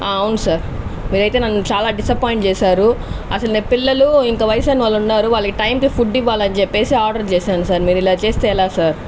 అవును సార్ మీరైతే నన్ను చాలా డిసప్పాయింట్ చేశారు అసలు నేను పిల్లలు ఇంకా వయసు అయిన వాళ్ళు ఉన్నారు వాళ్ళకి టైం కి ఫుడ్ ఇవ్వాలి అని చెప్పేసి ఆర్డర్ చేశాను సార్ మీరు ఇలా చేస్తే ఎలా సార్